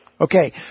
Okay